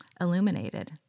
illuminated